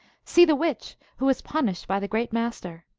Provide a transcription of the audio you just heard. see the witch, who was pun ished by the great master!